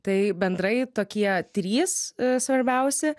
tai bendrai tokie trys svarbiausi